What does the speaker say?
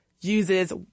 uses